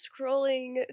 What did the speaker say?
scrolling